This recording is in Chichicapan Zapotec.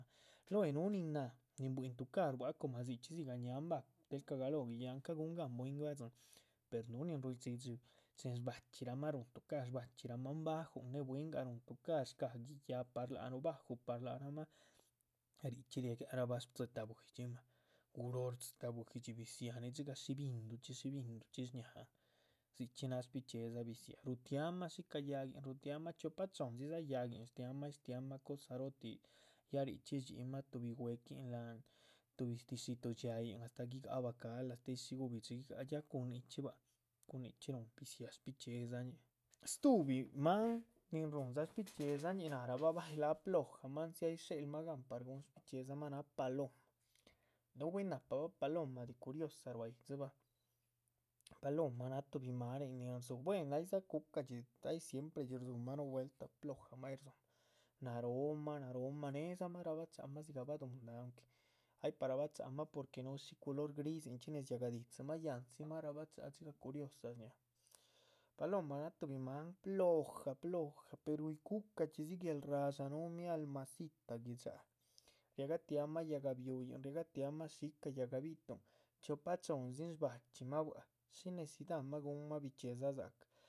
Lue núh nin náha, nin buiihn tucarh bua´c como dzichxí dzigah ñáhan bah del cagaloh giyáhan ca´guhun gahn bwín gadzíhn per núhu nin ruidhxidxi. chin shbachxirahmah ruhun tucar shbachxírahma bajúhun néh bwíngah rúhun tucar shca´guiyaha par lác nuh bajuh par lac rahma, richxí riagiahrabah dzitáh buidxi mah. guróh dzitáh buidxi biziáha dzigah shí binduchxí shí binduchxí shñahan, dzichxí naha shbichedza biziáha rutiahmah shícah yáhguin, rutiahmah chiopa chohnn- dzidza. yáhguin shtiamah ay shtiamah cosa róo tih ya richxí shdxíyimah tuhbi huequín láhan tuhbi ti´shi tuh dhxiayihn astáh giga´ha baca´lah, tihn ay shi guhbi´dxi giga´ha. ya cun nichxí bua´ cun nichxí ruhun bidziáha shbichxíedzañih stuhbi máhan nin ruhun shbichxíedzañih narabah bay lah plojamah per loh dzi ay shéhelmah gahn par guhun. shbichiedzamah náha paloma, núh bwín nahpabah paloma de curiosa ruá yídzibah paloma náh tuhbi máhanin nin rdzú buen aydza cuca´dxi ay siempre dxí ruhunmah núh vuelta. plojamah ay rdzu´mah nárohmah nárohmah néedzamah rabacha´ha dzigah baduhunda aunque aypah rabacha´hamah porque núh shi culor grisinchxí néz yáhga didzimah yándzimah. rabacha´ha dxigah curiosa shña´mah paloma náh tuhbi máhan, plojah plojah pero uy cucachxí dzi ra´dxa núh mialmadzitah gui´dxa riagahtiahmah yáhga biuyíhn. riagahtiahmah shíca yáhga bi´tuhun chiopa chohndzin shbachxpimah bua´ shí necidamah guhnma bichxíedza dza´cah.